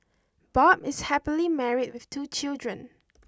Bob is happily married with two children